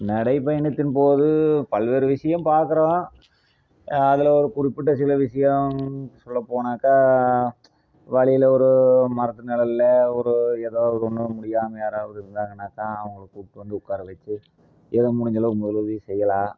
நடைப்பயணத்தின் போது பல்வேறு விஷயம் பார்க்குறோம் அதில் ஒரு குறிப்பிட்ட சில விஷயம் சொல்லபோனாக்கா வழில ஒரு மரத்து நிழல்ல ஒரு எதாது ஒன்று முடியாம யாராவது இருந்தாங்கன்னாக்கா அவங்கள கூப்பிட்டு வந்து உட்கார வச்சு எதோ முடிஞ்ச அளவுக்கு முதலுதவி செய்யலாம்